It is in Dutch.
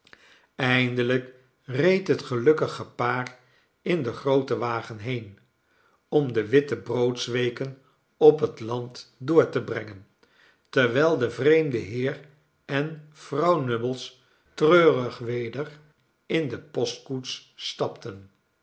eindelijk reed het gelukkige paar in den grooten wagen heen om de wittebroodsweken op het land door te brengen terwijl de vreemde heer en vrouw nubbles treurig weder in de postkoets stapten